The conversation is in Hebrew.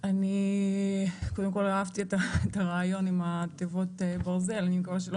אני קודם כל אהבתי את הרעיון עם התיבות ברזל אני מקווה שלא